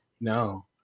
No